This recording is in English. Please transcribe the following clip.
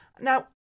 Now